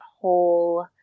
whole